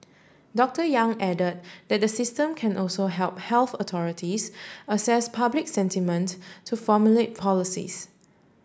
Doctor Yang added that the system can also help health authorities assess public sentiment to formulate policies